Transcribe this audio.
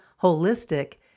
holistic